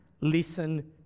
listen